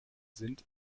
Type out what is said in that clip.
sind